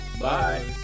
Bye